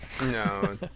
No